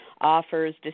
offers